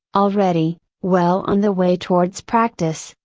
already, well on the way towards practice,